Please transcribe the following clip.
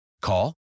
Call